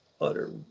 utter